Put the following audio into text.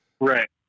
right